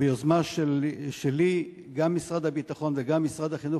ביוזמה שלי גם משרד הביטחון וגם משרד החינוך